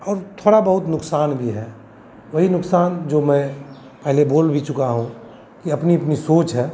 और थोड़ा बहुत नुकसान भी है वही नुकसान जो मैं पहले बोल भी चुका हूँ कि अपनी अपनी सोच है